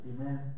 amen